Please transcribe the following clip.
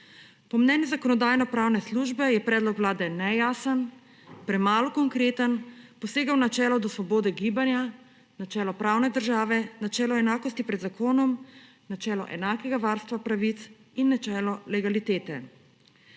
Po mnenju Zakonodajno-pravne službe je predlog Vlade nejasen, premalo konkreten, posega v načelo svobode gibanja, načelo pravne države, načelo enakosti pred zakonom, načelo enakega varstva pravic in načelo legalitete.